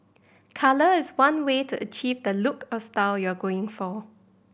colour is one way to achieve the look or style you're going for